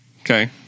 okay